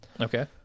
Okay